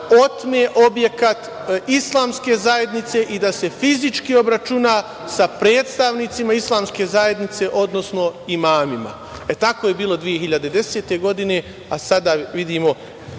ona otme objekat islamske zajednice i da se fizički obračuna sa predstavnicima islamske zajednice, odnosno imamima. Tako je bilo 2010. godine, a sada vidimo